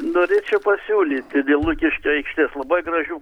norėčiau pasiūlyti dėl lukiškių aikštės labai gražių